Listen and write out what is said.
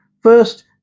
First